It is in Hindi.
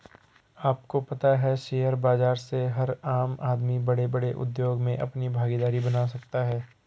आपको पता है शेयर बाज़ार से हर आम आदमी बडे़ बडे़ उद्योग मे अपनी भागिदारी बना सकता है?